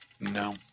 No